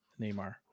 Neymar